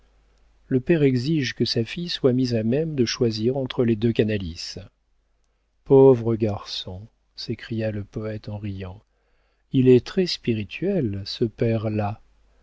le père exige que sa fille soit mise à même de choisir entre les deux canalis pauvre garçon s'écria le poëte en riant il est très spirituel ce père là